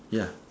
ya